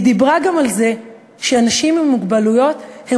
היא דיברה גם על זה שאנשים עם מוגבלויות הם